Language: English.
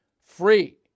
free